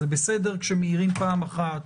זה בסדר כשמעירים פעם אחת,